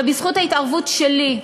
ובזכות ההתערבות שלי,